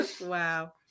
Wow